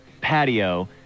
patio